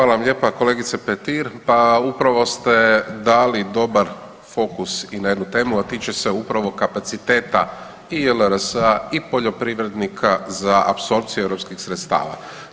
Hvala vam lijepa kolegice Petir, pa upravo ste dali dobar fokus i na jednu temu, a tiče se upravo kapaciteta i JLRS-a i poljoprivrednika za apsorpciju europskih sredstava.